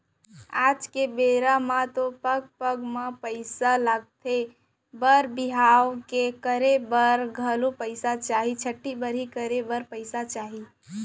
आज के बेरा म तो पग पग म पइसा लगथे बर बिहाव करे बर घलौ पइसा चाही, छठ्ठी बरही करे बर पइसा चाही